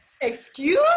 excuse